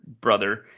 brother